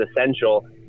essential